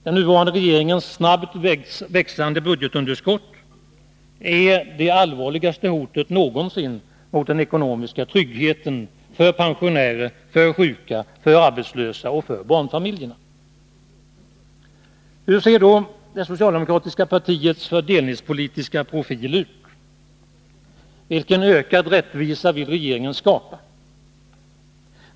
Den nuvarande regeringens snabbt växande budgetunderskott är det allvarligaste hotet någonsin mot den ekonomiska tryggheten för pensionärer, sjuka, Nr 51 arbetslösa och för barnfamiljerna. Hur ser då det socialdemokratiska partiets fördelningspolitiska profil ut? Vilken ökad rättvisa vill regeringen skapa?